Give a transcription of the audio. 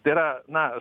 tai yra na